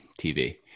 TV